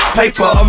paper